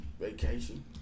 Vacation